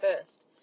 first